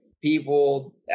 people